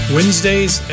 Wednesdays